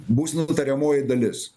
bus nutariamoji dalis